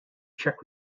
czech